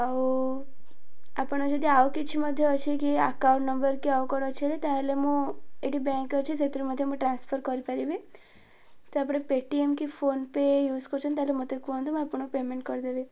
ଆଉ ଆପଣ ଯଦି ଆଉ କିଛି ମଧ୍ୟ ଅଛି କି ଆକାଉଣ୍ଟ ନମ୍ବର କି ଆଉ କ'ଣ ଅଛି ତାହେଲେ ମୁଁ ଏଠି ବ୍ୟାଙ୍କ ଅଛି ସେଥିରେ ମଧ୍ୟ ମୁଁ ଟ୍ରାନ୍ସଫର କରିପାରିବି ତ ଆପଣ ପେଟିଏମ୍ କି ଫୋନ୍ ପେ ୟୁଜ କରଛନ୍ତି ତା'ହେଲେ ମତେ କୁହନ୍ତୁ ମୁଁ ଆପଣଙ୍କୁ ପେମେଣ୍ଟ କରିଦେବି